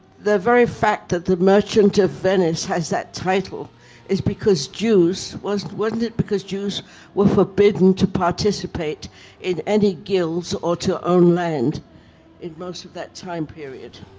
the very fact that the merchant of venice has that title is because jews wasn't wasn't it because jews were forbidden to participate in any guilds or to own land in most of that time period?